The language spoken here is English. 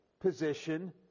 position